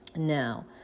Now